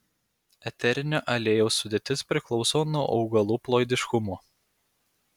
eterinio aliejaus sudėtis priklauso nuo augalų ploidiškumo